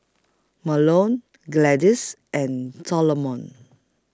Mahlon Gladys and Solomon